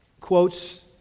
quotes